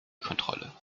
kontrolle